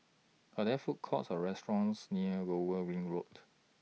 Are There Food Courts Or restaurants near Lower Ring Road